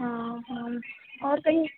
हाँ हाँ और कहीं